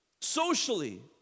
socially